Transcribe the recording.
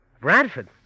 Bradford